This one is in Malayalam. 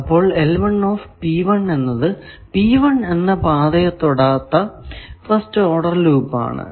അപ്പോൾ എന്നത് P1 എന്ന പാതയെ തൊടാത്ത ഫസ്റ്റ് ഓഡർ ലൂപ്പ് ആണ്